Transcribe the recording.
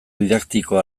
didaktikoa